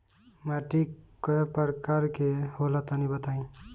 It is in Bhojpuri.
माटी कै प्रकार के होला तनि बताई?